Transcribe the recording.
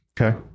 Okay